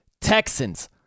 Texans